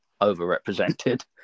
overrepresented